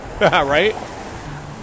right